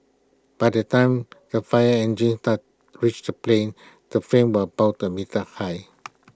by the time the fire engines reached the plane the flames were about A meter high